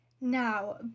Now